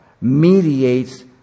mediates